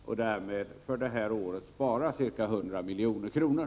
Därmed sparar vi under det här året ca 100 milj.kr.